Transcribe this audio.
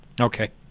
Okay